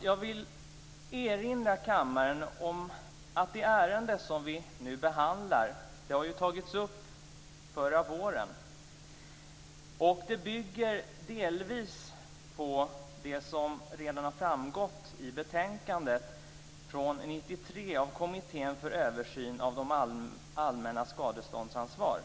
Jag vill erinra kammaren om att det ärende som vi nu behandlar har tagits upp förra våren. Det bygger delvis på det som redan har framgått i betänkandet från 1993 av Kommittén för översyn av det allmännas skadeståndsansvar.